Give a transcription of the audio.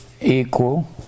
equal